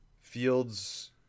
Fields